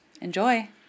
Enjoy